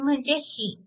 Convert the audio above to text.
ती म्हणजे ही